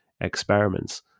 experiments